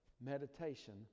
meditation